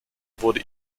wurde